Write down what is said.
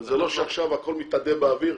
זה לא שעכשיו הכול מתאדה באוויר,